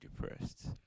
depressed